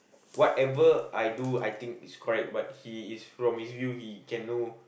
whatever I do I think is correct however he is from his view he can know